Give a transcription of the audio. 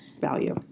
value